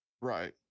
right